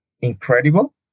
incredible